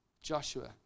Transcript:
Joshua